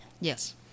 yes